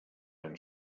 and